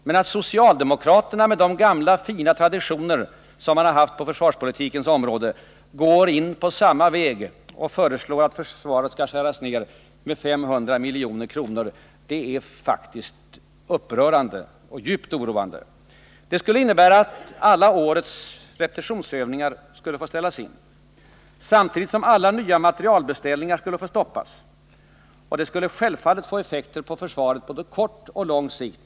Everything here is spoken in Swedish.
Men att socialdemokraterna, med de gamla fina traditioner som man har haft på försvarspolitikens område, går in på samma väg och föreslår att försvarskostnaderna skall skäras ned med 500 milj.kr. är faktiskt upprörande och djupt oroande. Det skulle innebära att alla årets repetitionsövningar fick ställas in samtidigt som alla nya materialbeställningar stoppades. Det skulle självfallet få effekter på försvaret på både kort och lång sikt.